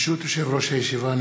ברשות יושב-ראש הישיבה,